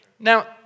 Now